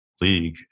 league